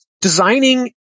designing